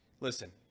Listen